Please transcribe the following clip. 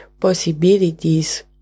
possibilities